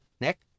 Nick